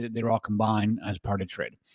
they're all combined as part of trade.